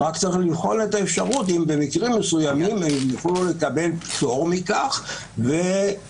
רק צריך לבחון את האפשרות אם במקרים מסוימים הם יוכלו לקבל פטור מכך או